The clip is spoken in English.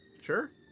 sure